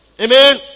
Amen